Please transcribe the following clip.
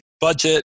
budget